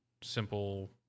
simple